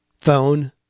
phone